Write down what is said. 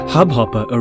Hubhopper